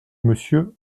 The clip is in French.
monsieur